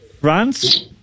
France